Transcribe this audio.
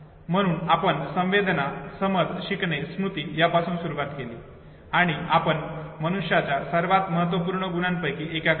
म्हणून आपण संवेदना समज शिकणे स्मृती यापासून सुरुवात केली आणि आपण मनुष्याच्या सर्वात महत्त्वपूर्ण गुणांपैकी एकाकडे येऊ